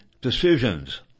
decisions